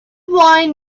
wine